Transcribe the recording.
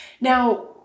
Now